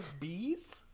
Bees